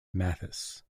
mathis